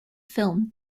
film